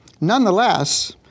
Nonetheless